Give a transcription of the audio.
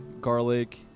garlic